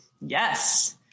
Yes